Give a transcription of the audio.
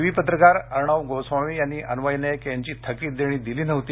TV पत्रकार अर्णब गोस्वामी यांनी अन्वय नाईक यांची थकित देणी दिली नव्हती